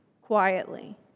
quietly